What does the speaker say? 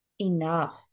enough